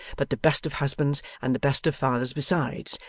but the best of husbands and the best of fathers besides,